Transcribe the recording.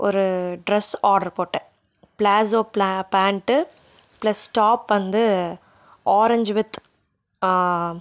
ஒரு dress order போட்டேன் palazzo பிளா பேண்ட்டு பிளஸ் டாப் வந்து ஆரஞ்சு வித்